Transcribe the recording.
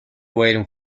waiting